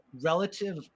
relative